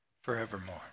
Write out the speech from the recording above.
forevermore